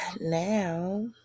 now